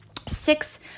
Six